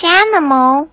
animal